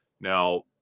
Now